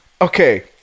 Okay